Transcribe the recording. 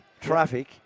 traffic